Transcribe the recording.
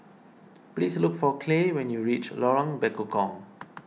please look for Clay when you reach Lorong Bekukong